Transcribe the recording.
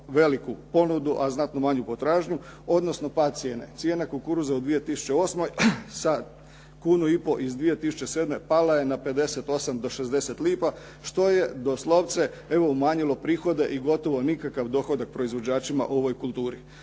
veliku ponudu, a znatno manju potražnju odnosno pad cijene. Cijena kukuruza u 2008. sa kunu i pol iz 2007. pala je na 58 do 60 lipa što je doslovce evo umanjilo prihode i gotovo nikakav dohodak proizvođačima u ovoj kulturi.